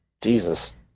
Jesus